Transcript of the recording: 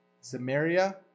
Samaria